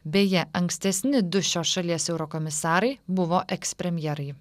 beje ankstesni du šios šalies eurokomisarai buvo ekspremjerai